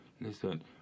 Listen